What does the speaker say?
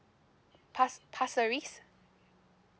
pas~ pasir ris